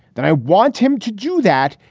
then i want him to do that.